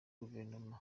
guverinoma